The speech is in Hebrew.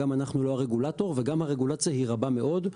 גם אנחנו לא הרגולטור וגם הרגולציה היא רבה מאוד.